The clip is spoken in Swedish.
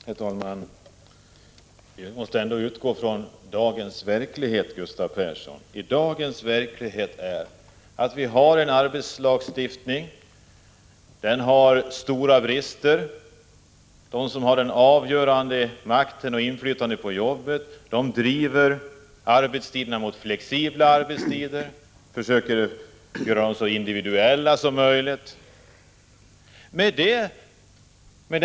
Herr talman! Vi måste ändå utgå från dagens verklighet, Gustav Persson. Dagens verklighet är att vår arbetstidslagstiftning har stora brister. De som har den avgörande makten och det avgörande inflytandet på jobbet vill ha flexibla arbetstider och försöker åstadkomma så individuella arbetstider som möjligt.